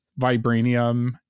Vibranium